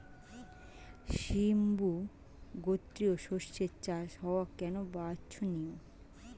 সিম্বু গোত্রীয় শস্যের চাষ হওয়া কেন বাঞ্ছনীয়?